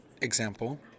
example